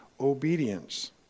obedience